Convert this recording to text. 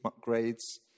grades